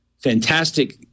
fantastic